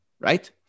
right